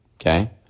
Okay